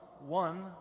one